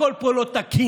הכול פה לא תקין,